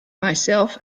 myself